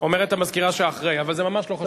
אומרת המזכירה שאחרי, אבל זה ממש לא חשוב.